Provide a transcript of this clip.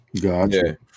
Gotcha